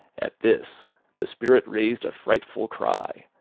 at this the spirit raised a frightful cry,